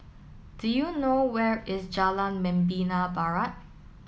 do you know where is Jalan Membina Barat